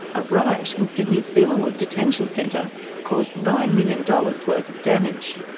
a riot in sydney's villawood detention centre caused nine million dollars worth of damage.